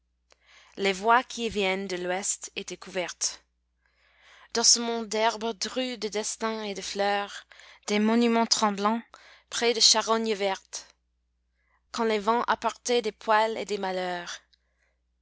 les voies qui viennent de l'ouest étaient couvertes d'ossements d'herbes drues de destins et de fleurs des monuments tremblants près des charognes vertes quand les vents apportaient des poils et des malheurs